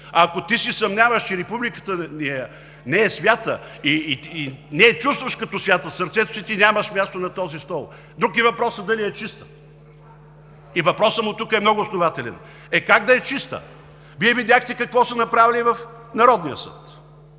Ако ти се съмняваш, че републиката ни не е свята и не я чувстваш като свята в сърцето си, нямаш място на този стол! Друг е въпросът дали е чиста. Въпросът му тук е много основателен. Е, как да е чиста?! Вие видяхте какво са направили в Народния съд,